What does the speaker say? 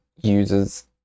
uses